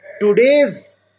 today's